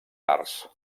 arts